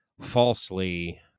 falsely